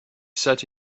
sat